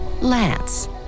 Lance